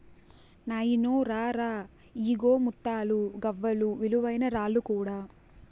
నాయినో రా రా, ఇయ్యిగో ముత్తాలు, గవ్వలు, విలువైన రాళ్ళు కూడా